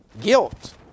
Guilt